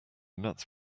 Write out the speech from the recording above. nuts